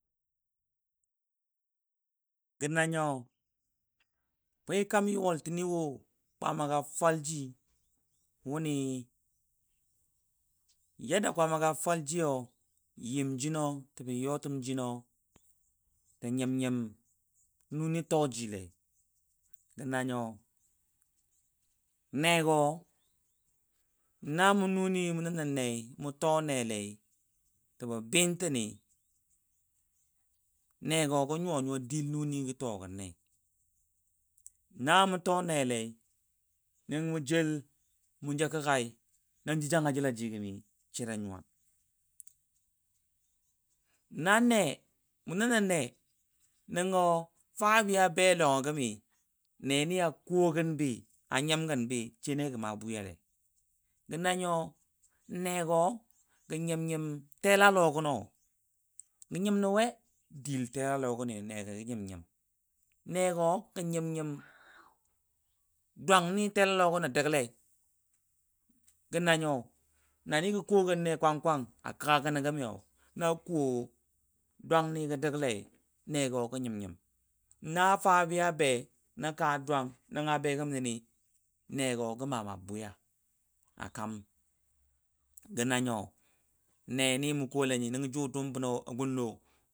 Gə nanyo akwai kaam yUwaL tɨnnɨwo kwaama twaLji, wuni yadda kwaama ga fwaL jiyo Yəm jino təbə yɔm təm jino tə nyəm nyəm nʊni tɔji lei, Gə nanyo, n gɔ namU nƱnɨmƱ nən nə nEi, mU tɔ n Lei, təbə bɨɨn tɨnɨ, ;n gɔ gə nyuwa nyuwa diLnʊni gə tɔ gənLei, Na mƱ tƆ n Lei nəngə mʊjeL mƱja kəga nan jou janga jəLaji gəmi SAI da nyuwan. Na nE, mU nən nE, nəngo faabi a be LOgƆ gəmi, nE, ni ya kuwo gən bi, anyəm gən bi, SAI n gə maa bwɨyaLe Gə nanyo nEgɔ, gə nyəm nyəm teLaLogənɔ gə nyəm nə we dɨl telalɔ gə n go gə nyəm nyəm dwangnɨ teLaLɔ gənɔ dəgLei, gə nanyo, namɨ gə kʊwɔ gənne kwang kwang a kəgə gənə gəmɨyo na kuwo dwangnɨ gə dəgLEi, n go gə nyəm nyəm. Na faabɨ ya be nə kaa dwangi nənga be gəm nənɨ, n gɔ gə maa ma bwɨ ya gə nanyo, n nɨ mu kʊwɔ Le nyi nəngə jƱ dƱƱm bənɔ a gʊnLɔ.